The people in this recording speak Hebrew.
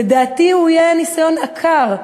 לדעתי יהיה ניסיון עקר.